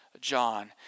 John